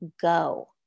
go